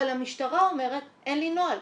אבל המשטרה אומרת אין לי נוהל,